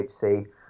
hc